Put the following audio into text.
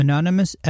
Anonymous